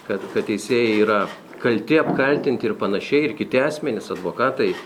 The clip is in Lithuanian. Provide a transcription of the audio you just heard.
kad teisėjai yra kalti apkaltinti ir panašiai ir kiti asmenys advokatai